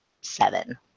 seven